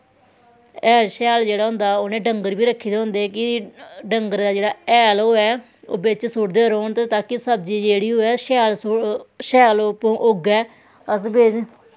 हैल शैल जेह्ड़ा होंदा उ'नें डंगर बी रक्खे दे होंदे कि डंगरें दा जेह्ड़ा हैल होऐ ओह् बिच्च सुटदे रौह्न ते ताकि सब्जी जेह्ड़ी होऐ शैल शैल ओह् उग्गै अस